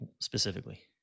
specifically